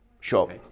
Sure